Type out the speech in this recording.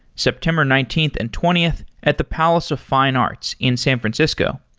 september nineteenth and twentieth at the palace of fine arts in san francisco.